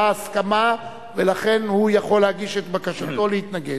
הסכמה ולכן הוא יכול להגיש את בקשתו להתנגד.